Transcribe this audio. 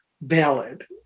ballad